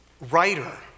writer